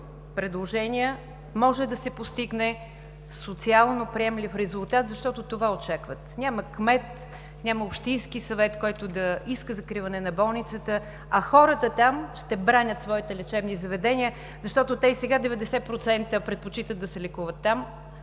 предложения може да се постигне социално приемлив резултат, защото това очакват? Няма кмет и общински съвет, които да искат закриване на болницата, а хората там ще бранят своите лечебни заведения, защото те и сега 90% предпочитат да се лекуват там